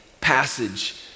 passage